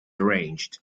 arranged